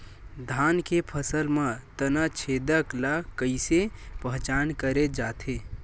धान के फसल म तना छेदक ल कइसे पहचान करे जाथे?